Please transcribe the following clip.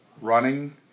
running